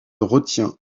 retient